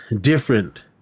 different